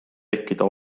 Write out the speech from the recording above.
tekkida